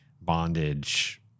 bondage